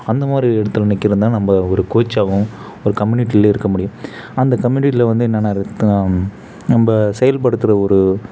அந்தமாதிரி இடத்துல நிற்கிறவன் தான் நம்ம ஒரு கோச்சாகவும் ஒரு கம்யூனிட்டியிலே இருக்க முடியும் அந்த கம்யூனிட்டியில வந்து என்னென்ன ரத்தம் நம்ம செயல்படுத்துகிற ஒரு